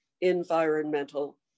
environmental